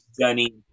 journey